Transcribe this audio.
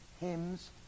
hymns